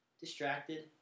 distracted